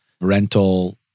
rental